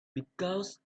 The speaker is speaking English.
because